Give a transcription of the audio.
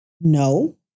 no